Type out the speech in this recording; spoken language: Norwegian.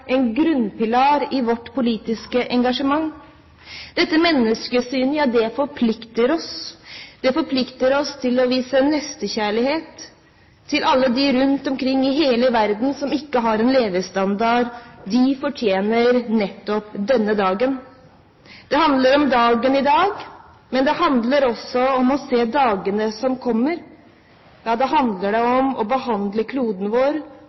en grunnpilar i vårt politiske engasjement. Dette menneskesynet forplikter oss til å vise nestekjærlighet overfor alle dem rundt omkring i hele verden som ikke har den levestandard de fortjener nettopp denne dagen. Det handler om dagen i dag, men det handler også om å se dagene som kommer. Ja, det handler om å behandle kloden vår